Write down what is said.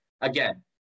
again